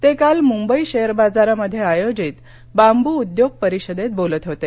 ते काल मुंबई शेअर बाजारामध्ये आयोजित बांबू उद्योग परिषदेत बोलत होते